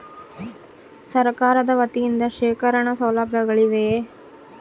ಸರಕಾರದ ವತಿಯಿಂದ ಶೇಖರಣ ಸೌಲಭ್ಯಗಳಿವೆಯೇ?